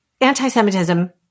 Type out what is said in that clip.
Anti-Semitism